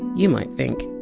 you might think,